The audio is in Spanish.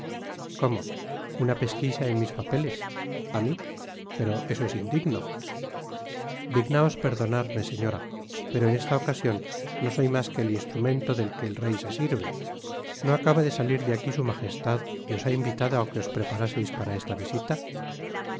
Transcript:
una pesquisa en mis papeles á mi pero eso es indigno dignaos perdonarme señora pero en esta ocasion no soy mas que el instrumento de que el rey se sirve no acaba de salir de aquí su majestad y os ha invitado á que os preparaseis para esta visita